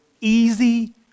easy